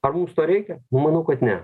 ar mums to reikia manau kad ne